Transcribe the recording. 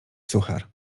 suchar